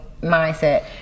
mindset